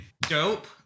dope